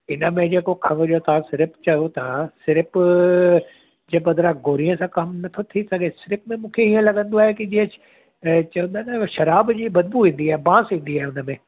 हिन में जेको खंघि जो तव्हां सिरप चयो था सिरप जे बदिरां गोरीअ सां कमु नथो थी सघे सिरप में मूंखे ईअं लॻंदो आहे की जीअं ऐं चवंदा आहिनि न शराब जी बदबू ईंदी आहे बासि ईंदी आहे हुन में